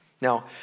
Now